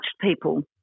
people